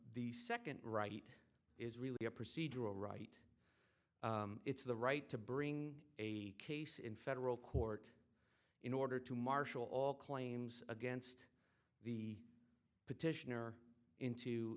the second right is really a procedural right it's the right to bring a case in federal court in order to marshal all claims against the petitioner into